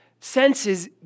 senses